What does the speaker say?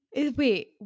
Wait